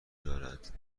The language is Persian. دارد